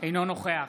אינו נוכח